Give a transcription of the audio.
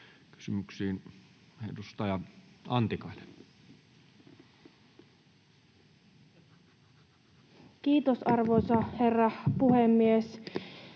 edustaja Antikainen. Kiitos, arvoisa herra puhemies!